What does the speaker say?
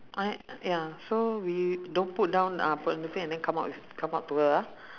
I ya so we don't put down uh put on the thing and then come out come out to her ah